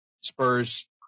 Spurs